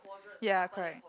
ya correct